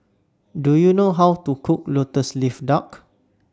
Do YOU know How to Cook Lotus Leaf Duck